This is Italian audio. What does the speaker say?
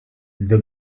the